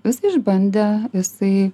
jis išbandė jisai